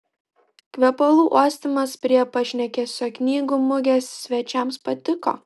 kvepalų uostymas prie pašnekesio knygų mugės svečiams patiko